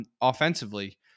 offensively